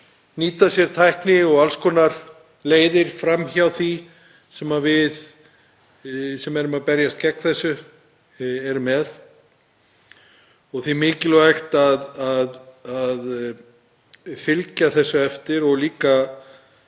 nýta sér tækni og alls konar leiðir fram hjá því sem við sem erum að berjast gegn þessu erum með. Því er mikilvægt að fylgja þessu eftir og líka